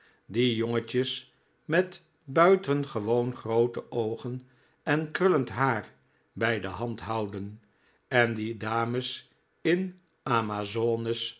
die jongetjes met buitengewoon groote oogen en krullend haar bij de hand houden en die dames in amazones